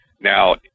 Now